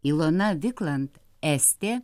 ilona viklant estė